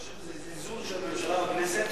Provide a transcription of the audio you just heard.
אני חושב שזה זלזול של הממשלה בכנסת,